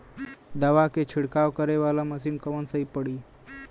दवा के छिड़काव करे वाला मशीन कवन सही पड़ी?